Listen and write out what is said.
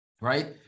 Right